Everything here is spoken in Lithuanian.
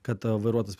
kad vairuotojas